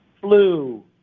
flu